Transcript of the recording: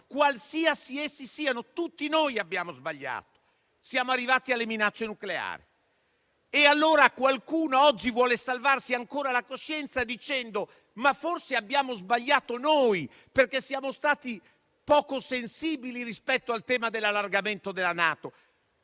qualsiasi essi siano; tutti noi abbiamo sbagliato. Siamo arrivati alle minacce nucleari. Qualcuno oggi vuole salvarsi ancora la coscienza dicendo: forse abbiamo sbagliato noi, perché siamo stati poco sensibili rispetto al tema dell'allargamento della NATO.